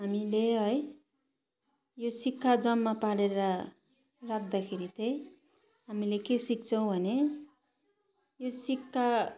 हामीले है यो सिक्का जम्मा पारेर राख्दाखेरि चाहिँ हामीले के सिक्छौँ भने यो सिक्का